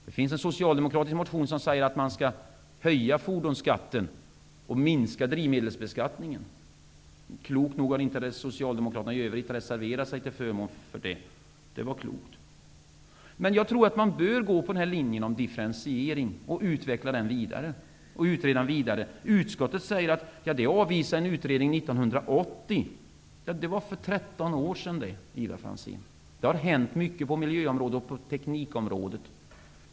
I en socialdemokratisk motion sägs att man skall höja fordonsskatten och minska drivmedelsbeskattningen. Klokt nog har inte de övriga socialdemokraterna reserverat sig till förmån för det förslaget. Jag tror dock att man bör gå på linjen med differentiering och utreda den vidare. Utskottet säger att en utredning avvisade det förslaget år 1980. Det var för tretton år sedan, Ivar Franzén. Det har hänt mycket på miljö och teknikområdet sedan dess.